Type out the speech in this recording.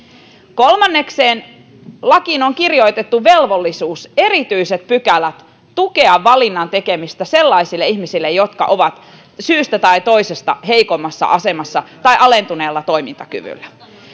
kolmannekseen lakiin on kirjoitettu velvollisuus erityiset pykälät tukea valinnan tekemistä sellaisille ihmisille jotka ovat syystä tai toisesta heikommassa asemassa tai alentuneella toimintakyvyllä